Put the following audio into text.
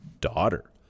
daughter